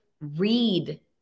read